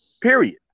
Period